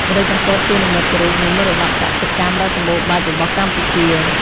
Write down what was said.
ម្រេចកំពតជានិមិត្តរូបនៃមរតកកសិកម្មដ៏សម្បូរបែបរបស់កម្ពុជា។